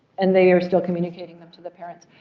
and they are still communicating them to the parents.